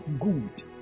good